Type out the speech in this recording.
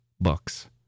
books